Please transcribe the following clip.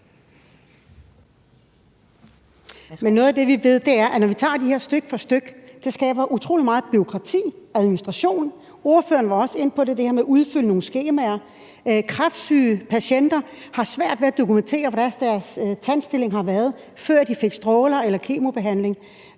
noget af det, vi ved, er, at når vi tager det her stykke for stykke, så skaber det utrolig meget bureaukrati og administration. Ordføreren var også inde på det, nemlig det her med at udfylde nogle skemaer. Kræftsyge patienter har svært ved at dokumentere, hvordan deres tandstilling har været, før de fik stråler eller kemobehandling,